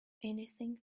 anything